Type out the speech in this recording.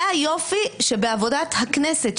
זה היופי שבעבודת הכנסת,